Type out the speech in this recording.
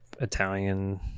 italian